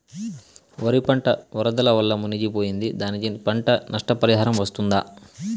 వరి పంట వరదల వల్ల మునిగి పోయింది, దానికి పంట నష్ట పరిహారం వస్తుందా?